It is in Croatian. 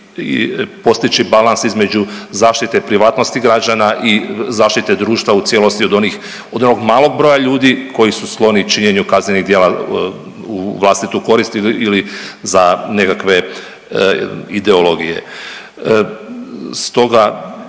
i postići balans između zaštite privatnosti građana i zaštite društva u cijelosti od onih, od onog malog broja ljudi koji su skloni činjenju kaznenih djela u vlastitu korist ili za nekakve ideologije.